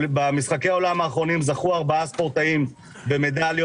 במשחקי העולם האחרונים זכו ארבעה ספורטאים במדליות,